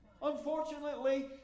Unfortunately